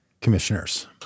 Commissioners